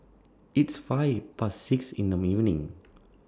its five Past six in The evening